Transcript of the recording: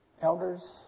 Elders